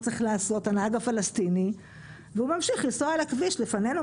צריך לעשות והוא ממשיך לנסוע על הכביש לפנינו,